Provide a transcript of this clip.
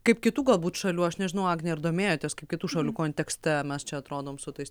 kaip kitų galbūt šalių aš nežinau agne ar domėjotės kaip kitų šalių kontekste mes čia atrodom su tais